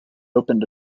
opened